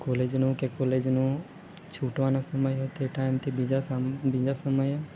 કોલેજનું કે કોલેજનું છૂટવાનો સમય હોય તે ટાઈમથી બીજા સમ બીજા સમયે